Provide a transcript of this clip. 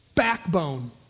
backbone